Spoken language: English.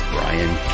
Brian